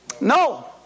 No